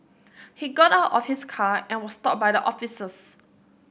he got out of his car and was stopped by the officers